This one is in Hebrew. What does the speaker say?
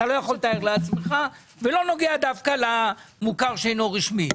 אתה לא יכול לתאר לעצמך וזה לא נוגע דווקא למוכר שאינו רשמי.